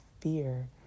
fear